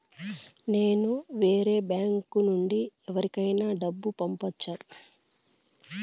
నేను వేరే బ్యాంకు నుండి ఎవరికైనా డబ్బు పంపొచ్చా?